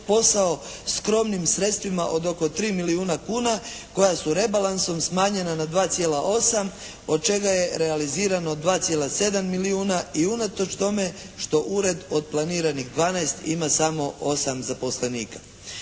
posao skromnim sredstvima od oko 3 milijuna kuna koja su rebalansom smanjena na 2,8 od čega je realizirano 2,7 milijuna i unatoč tome što ured od planiranih 12 ima samo 8 zaposlenika.